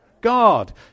God